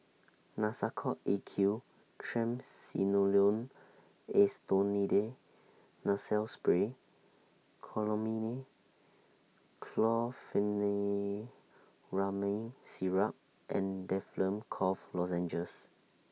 Nasacort A Q Triamcinolone Acetonide Nasal Spray Chlormine Chlorpheniramine Syrup and Difflam Cough Lozenges